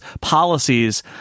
policies